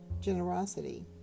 generosity